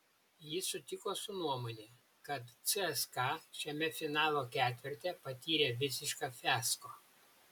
jis sutiko su nuomone kad cska šiame finalo ketverte patyrė visišką fiasko